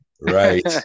Right